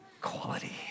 quality